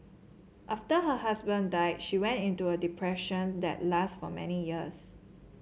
after her husband died she went into a depression that lasted for many years